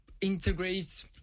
integrate